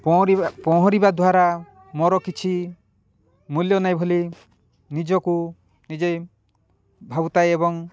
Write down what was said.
ପହଁରିବା ପହଁରିବା ଦ୍ୱାରା ମୋର କିଛି ମୂଲ୍ୟ ନାହିଁ ବୋଲି ନିଜକୁ ନିଜେ ଭାବୁଥାଏ ଏବଂ